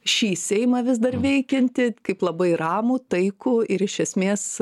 šį seimą vis dar veikiantį kaip labai ramų taikų ir iš esmės